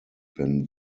ben